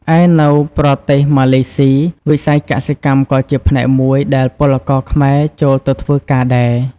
ឯនៅប្រទេសម៉ាឡេស៊ី វិស័យកសិកម្មក៏ជាផ្នែកមួយដែលពលករខ្មែរចូលទៅធ្វើការដែរ ។